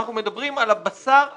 אנחנו מדברים על הבשר החי.